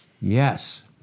Yes